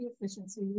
efficiency